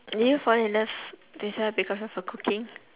will you fall in love with her because of her cooking